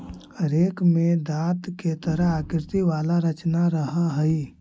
rake में दाँत के तरह आकृति वाला रचना रहऽ हई